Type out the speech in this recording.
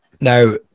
Now